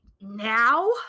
now